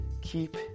keep